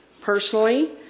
personally